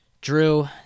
Drew